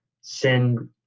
send